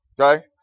Okay